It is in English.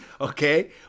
Okay